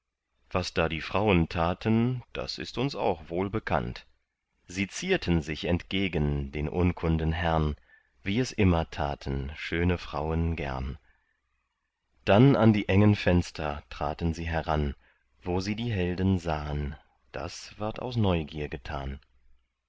was da die frauen taten das ist uns auch wohl bekannt sie zierten sich entgegen den unkunden herrn wie es immer taten schöne frauen gern dann an die engen fenster traten sie heran wo sie die helden sahen das ward aus neugier getan